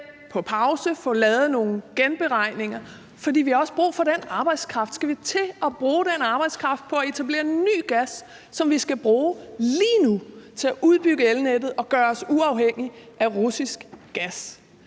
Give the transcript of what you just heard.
på pause og få lavet nogle genberegninger? For vi har også brug for den arbejdskraft. Skal vi til at bruge den arbejdskraft på at etablere ny gas, som vi skal bruge lige nu til at udbygge elnettet og gøre os uafhængige af russisk gas?